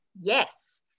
yes